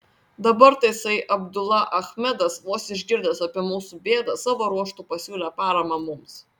dabar tasai abdula achmedas vos išgirdęs apie mūsų bėdą savo ruožtu pasiūlė paramą mums